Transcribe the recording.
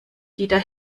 dieter